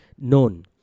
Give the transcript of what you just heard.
known